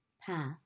path